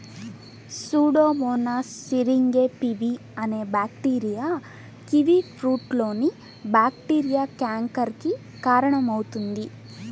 Pseudomonas syringae pv అనే bacteria కివీఫ్రూట్లోని bacteria canker కి కారణమవుతుంది